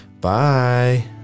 bye